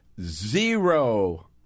zero